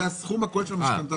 זה הסכום הכולל של המשכנתאות.